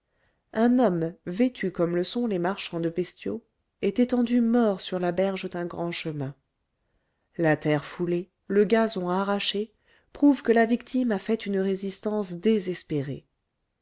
un homme vêtu comme le sont les marchands de bestiaux est étendu mort sur la berge d'un grand chemin la terre foulée le gazon arraché prouvent que la victime a fait une résistance désespérée